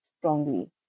strongly